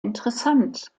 interessant